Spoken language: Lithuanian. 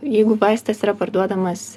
jeigu vaistas yra parduodamas